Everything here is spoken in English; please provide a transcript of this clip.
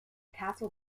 castle